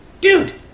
Dude